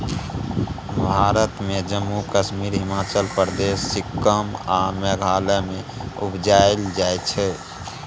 भारत मे जम्मु कश्मीर, हिमाचल प्रदेश, सिक्किम आ मेघालय मे उपजाएल जाइ छै